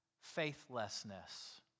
faithlessness